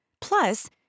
Plus